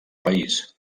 país